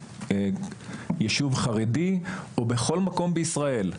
ביישוב חרדי או בכל מקום בישראל.